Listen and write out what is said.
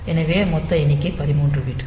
எனவே மொத்த எண்ணிக்கை 13 பிட்